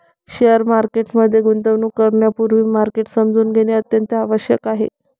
share market मध्ये गुंतवणूक करण्यापूर्वी मार्केट समजून घेणे अत्यंत आवश्यक आहे